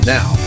Now